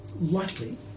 likely